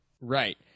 Right